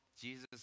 Jesus